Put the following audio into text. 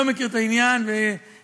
לא מכיר את העניין ואשמח,